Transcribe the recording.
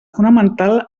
fonamental